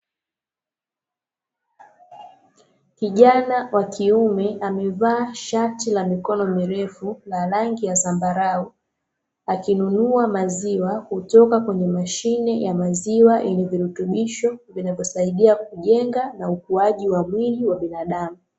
Kijana wa kiume amevaa shati la mikono mirefu la rangi ya dhambarau, akinunua maziwa kutoka kwenye mashine ya maziwa yenye virutubisho vinavyosaidia kujenga na ukuaji wa mwili wa binadamu.